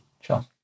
Sure